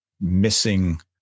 missing